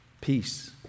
peace